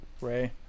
Ray